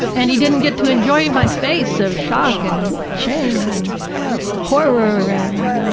and he didn't get to enjoy my face of shock and shame and horror and,